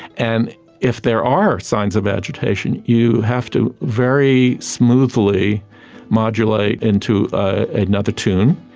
and if there are signs of agitation, you have to very smoothly modulate into ah another tune.